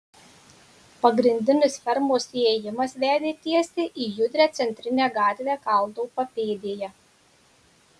pagrindinis fermos įėjimas vedė tiesiai į judrią centrinę gatvę kalno papėdėje